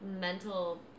mental